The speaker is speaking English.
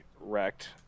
wrecked